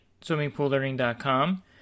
swimmingpoollearning.com